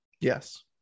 Yes